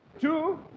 Two